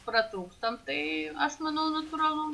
pratrūkstam tai aš manau natūralu